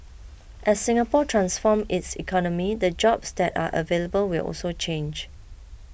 as Singapore transforms its economy the jobs that are available will also change